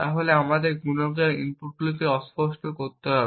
তাহলে এখন আমাদের গুণকের ইনপুটগুলিকে অস্পষ্ট করতে হবে